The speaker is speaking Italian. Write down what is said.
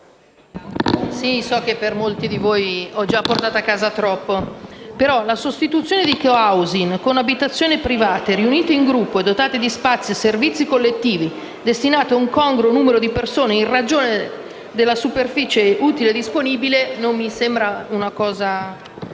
so che per molti di voi ho già portato a casa troppo, ma la sostituzione di *co-housing* con la dizione «abitazioni private riunite in gruppo e dotate di spazi e servizi collettivi destinati a un congruo numero di persone in ragione della superficie utile disponibile» non mi sembra così